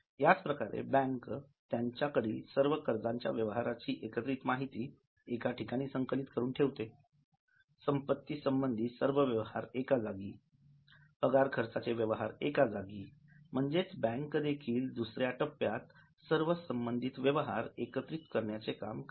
याच प्रकारे बँक त्यांच्या कडील सर्व कर्जांच्या व्यवहारांची एकत्रित माहिती एका ठिकाणी संकलित करून ठेवते संपत्ती संबंधित सर्व व्यवहार एका जागी पगार खर्चाचे व्यवहार एका जागी म्हणजेच बँक देखील दुसऱ्या टप्प्यात सर्व संबंधित व्यवहार एकत्रित करण्याचे काम करते